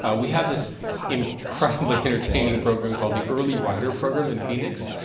we have this incredibly entertaining program called the early rider program in phoenix,